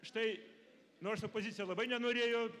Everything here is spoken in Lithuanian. štai nors opozicija labai nenorėjo